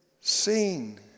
seen